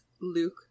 Luke